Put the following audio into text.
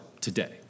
today